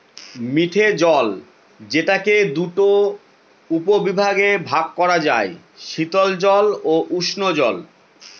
মিঠে জল যেটাকে দুটা উপবিভাগে ভাগ করা যায়, শীতল জল ও উষ্ঞজল